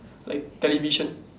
like television